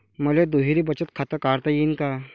मले दुहेरी बचत खातं काढता येईन का?